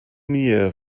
mir